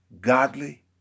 godly